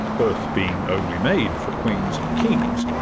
earth being only made for queens and kings.